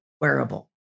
wearable